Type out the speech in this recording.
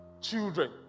children